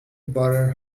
bother